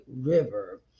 River